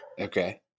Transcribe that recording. Okay